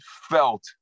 felt